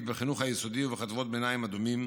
בחינוך היסודי ובחטיבת הביניים אדומים,